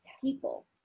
people